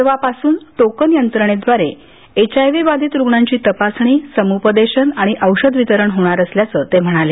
परवापासून टोकन यंत्रणेदवारे एचआयव्ही बाधीत रूग्णांची तपासणी समुपदेशन आणि औषध वितरण होणार असल्याचं ते म्हणाले